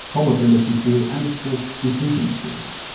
probability theory and of course decision theory.